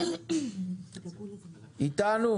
עד שהוא